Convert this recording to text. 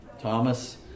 Thomas